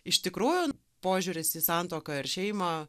iš tikrųjų požiūris į santuoką ar šeimą